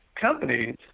companies